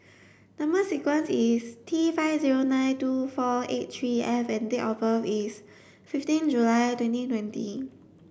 number sequence is T five zero nine two four eight three F and date of birth is fifteen July twenty twenty